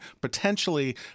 potentially